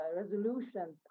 resolutions